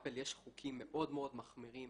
לאפל יש חוקים מאוד מאוד מחמירים